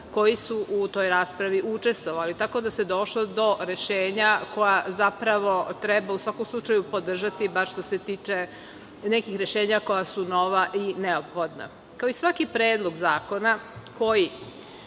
koji su u toj raspravi učestvovali, tako da se došlo do rešenja koja treba podržati, bar što se tiče nekih rešenja koja su nova i neophodna. Kao i svaki predlog zakona koji